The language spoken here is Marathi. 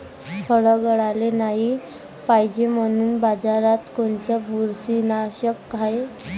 फळं गळाले नाही पायजे म्हनून बाजारात कोनचं बुरशीनाशक हाय?